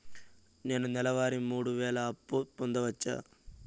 నేను నెల వారి మూడు వేలు అప్పు పొందవచ్చా?